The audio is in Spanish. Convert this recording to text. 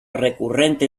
recurrente